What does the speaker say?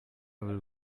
will